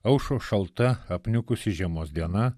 aušo šalta apniukusi žiemos diena